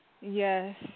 Yes